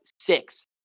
six